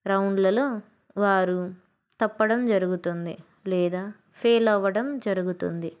రౌండ్లలో వారు తప్పడం జరుగుతుంది లేదా ఫెయిల్ అవ్వడం జరుగుతుంది